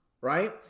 right